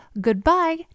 goodbye